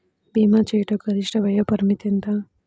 భీమా చేయుటకు గరిష్ట వయోపరిమితి ఎంత?